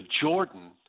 Jordan